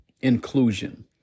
inclusion